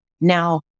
Now